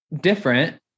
different